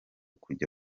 kujya